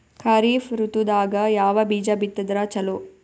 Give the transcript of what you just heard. ಖರೀಫ್ ಋತದಾಗ ಯಾವ ಬೀಜ ಬಿತ್ತದರ ಚಲೋ?